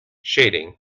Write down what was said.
shading